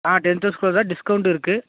ஆ ten தௌசண்ட்குள்ளே தான் discount இருக்குது